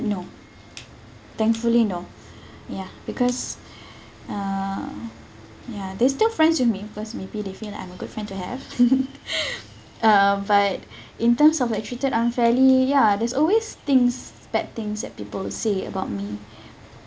no thankfully no ya because uh ya they're still friends with me because maybe they feel that I'm a good friend to have uh but in terms of like treated unfairly ya there's always things bad things that people say about me